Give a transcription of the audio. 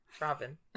Robin